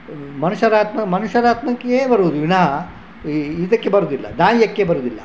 ಮನುಷ್ಯರ ಆತ್ಮ ಮನುಷ್ಯರ ಆತ್ಮಕ್ಕೇ ಬರುವುದು ವಿನಹ ಈ ಇದಕ್ಕೆ ಬರುವುದಿಲ್ಲ ನಾಯಿಯಕ್ಕೆ ಬರುವುದಿಲ್ಲ